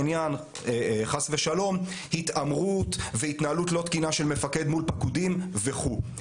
חס ושלום התעמרות והתנהלות לא תקינה של מפקד מול פקודים וכו'.